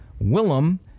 Willem